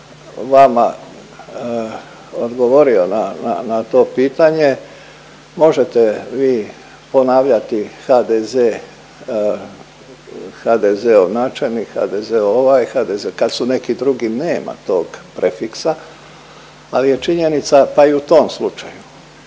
vama odgovorio na to pitanje možete vi ponavljati HDZ, HDZ-ov načelnik, HDZ-ov ovaj, HDZ, kad su neki drugi nema tog prefiksa, ali je činjenica pa i u tom slučaju